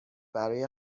برای